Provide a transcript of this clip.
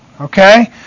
Okay